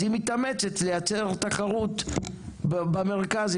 אז היא מתאמצת לייצר תחרות במרכז,